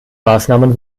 maßnahmen